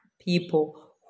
people